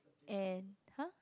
and !huh!